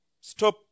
stop